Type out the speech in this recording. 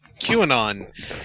QAnon